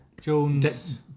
Jones